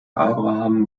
abraham